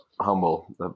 humble